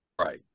right